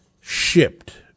shipped